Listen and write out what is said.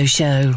show